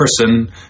person